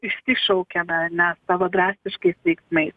išsišaukėme ne tavo drastiškais veiksmais